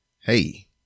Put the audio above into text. Hey